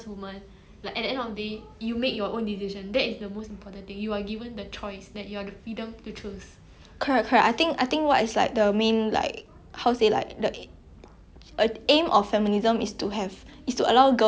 correct correct I think I think what's like the main like how to say like the aim of feminism is to have is to allow girls to have the choice you know it's not like you have to force them to the cause last time used to force them to be a wife